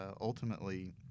ultimately